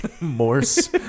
Morse